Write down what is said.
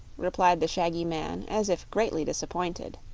replied the shaggy man, as if greatly disappointed.